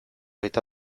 eta